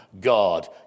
God